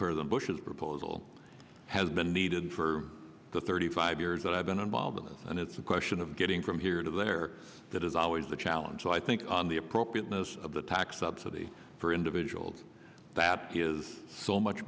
president bush's proposal has been needed for the thirty five years that i've been involved in this and it's a question of getting from here to there that is always a challenge so i think on the appropriateness of the tax subsidy for individuals that is so much